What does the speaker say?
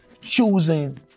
choosing